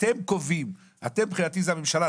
אתם קובעים אתם מבחינתי זה הממשלה,